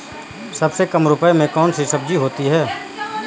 सबसे कम रुपये में कौन सी सब्जी होती है?